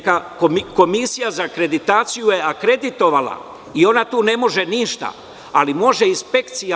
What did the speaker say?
Komisija za akreditaciju je akreditovala i ona tu ne može ništa, ali možda može inspekcija.